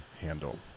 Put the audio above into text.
handle